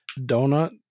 donut